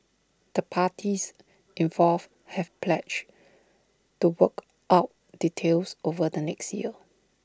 the parties involved have pledged to work out details over the next year